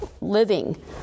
living